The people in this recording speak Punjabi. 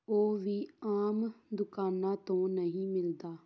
ਉਹ ਵੀ ਆਮ ਦੁਕਾਨਾਂ ਤੋਂ ਨਹੀਂ ਮਿਲਦਾ